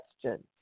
question